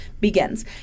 begins